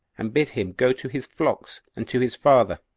and bid him go to his flocks, and to his father.